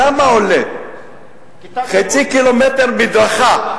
כמה עולה חצי ק"מ מדרכה?